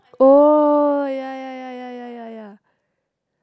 oh yeah yeah yeah yeah yeah yeah yeah